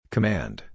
Command